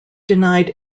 denied